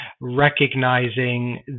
recognizing